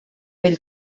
vell